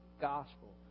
gospel